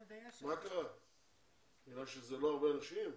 בגלל שהם לא אנשים רבים?